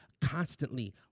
Constantly